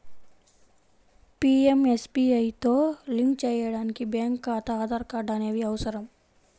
పీయంఎస్బీఐతో లింక్ చేయడానికి బ్యేంకు ఖాతా, ఆధార్ కార్డ్ అనేవి అవసరం